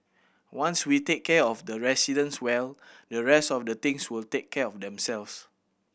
once we take care of the residents well the rest of the things will take care of themselves